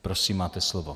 Prosím, máte slovo.